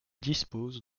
dispose